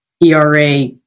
ERA